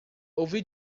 ouvi